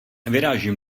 vyrážím